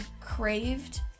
craved